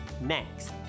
Next